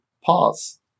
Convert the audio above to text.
pause